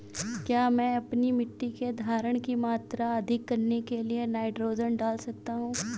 क्या मैं अपनी मिट्टी में धारण की मात्रा अधिक करने के लिए नाइट्रोजन डाल सकता हूँ?